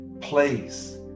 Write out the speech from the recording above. Please